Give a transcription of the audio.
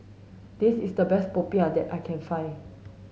this is the best popiah that I can find